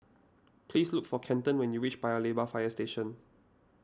please look for Kenton when you reach Paya Lebar Fire Station